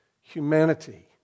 Humanity